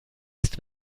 ist